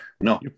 no